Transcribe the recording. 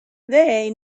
they